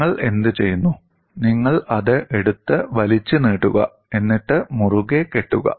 നിങ്ങൾ എന്തുചെയ്യുന്നു നിങ്ങൾ അത് എടുത്ത് വലിച്ചുനീട്ടുക എന്നിട്ട് മുറുകെ കെട്ടുക